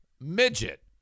midget